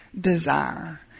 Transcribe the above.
desire